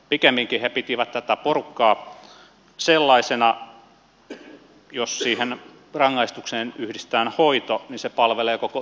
pikemminkin he pitivät tätä porukkaa sellaisena että jos siihen rangaistukseen yhdistetään hoito niin se palvelee koko yhteiskuntaa